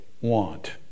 want